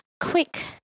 quick